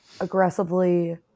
aggressively